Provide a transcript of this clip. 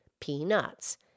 Peanuts